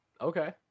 Okay